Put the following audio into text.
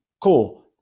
Cool